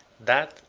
that,